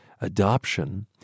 adoption